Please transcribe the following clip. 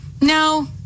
no